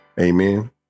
Amen